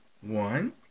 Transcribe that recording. One